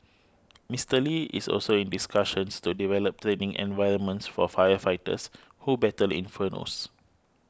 Mister Lee is also in discussions to develop training environments for firefighters who battle infernos